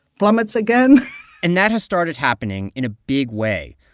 plummets again and that has started happening in a big way.